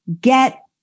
get